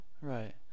Right